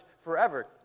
forever